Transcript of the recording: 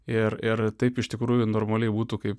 ir ir taip iš tikrųjų normaliai būtų kaip ir